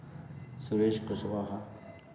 Suresh Kushwaha